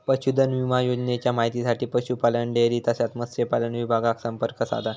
पशुधन विमा योजनेच्या माहितीसाठी पशुपालन, डेअरी तसाच मत्स्यपालन विभागाक संपर्क साधा